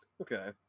Okay